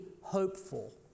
hopeful